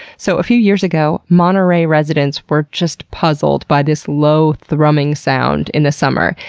so a few years ago monterrey residents were just puzzled by this low thrumming sound in the summer.